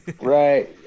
right